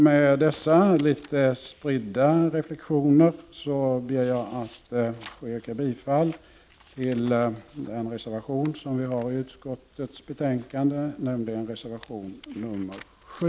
Med dessa litet spridda reflexioner ber jag att få yrka bifall till den reservation som vi har till utskottets betänkande, nämligen reservation 7.